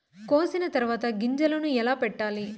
కోసిన తర్వాత గింజలను ఎలా పెట్టాలి